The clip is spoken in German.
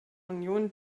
union